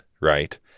Right